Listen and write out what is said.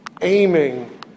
aiming